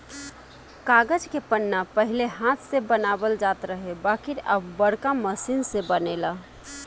कागज के पन्ना पहिले हाथ से बनावल जात रहे बाकिर अब बाड़का मशीन से बनेला